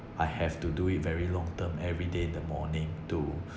I have to do it very long term every day in the morning to